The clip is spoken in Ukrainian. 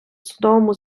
судовому